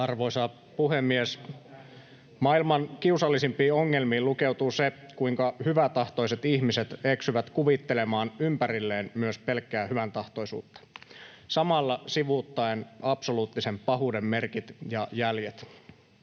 Arvoisa puhemies! Maailman kiusallisimpiin ongelmiin lukeutuu se, kuinka hyväntahtoiset ihmiset eksyvät kuvittelemaan ympärilleen myös pelkkää hyväntahtoisuutta samalla sivuuttaen absoluuttisen pahuuden merkit ja jäljet.